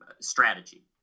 strategy